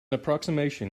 approximation